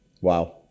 Wow